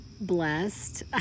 blessed